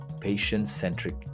patient-centric